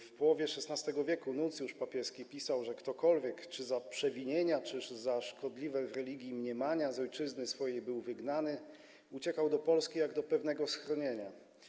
W połowie XVI w. nuncjusz papieski pisał, że ktokolwiek czy za przewinienia, czy za szkodliwe religii mniemania z ojczyzny swojej był wygnany, uciekał do Polski jak do pewnego schronienia.